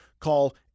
Call